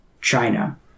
China